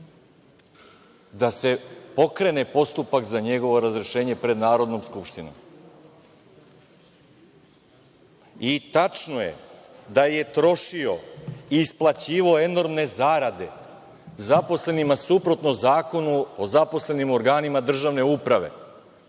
da se pokrene postupak za njegovo razrešenje pred Narodnom skupštinom. Tačno je da je trošio i isplaćivao enormne zarade zaposlenima suprotno Zakonu o zaposlenima u organima državne uprave.